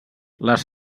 les